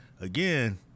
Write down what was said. Again